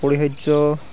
অপৰিহাৰ্য